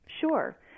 Sure